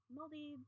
Moldy